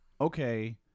okay